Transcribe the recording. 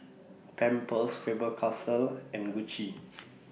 Pampers Faber Castell and Gucci